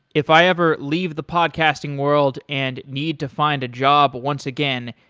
if i ever leave the podcasting world and need to find a job once again,